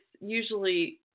usually